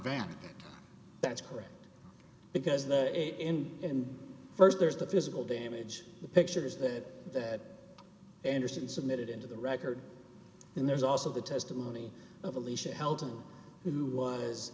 van that's correct because the eight in him st there's the physical damage the pictures that that anderson submitted into the record and there's also the testimony